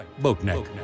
Boatneck